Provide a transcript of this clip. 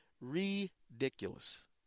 ridiculous